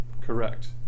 correct